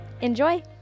Enjoy